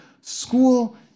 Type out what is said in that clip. school